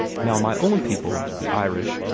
now my own people, the irish,